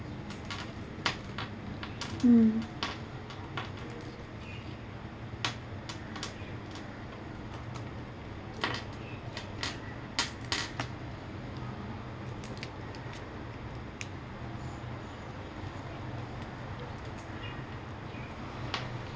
mm